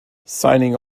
signing